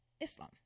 Islam